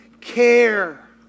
care